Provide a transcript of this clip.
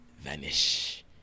vanish